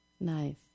Nice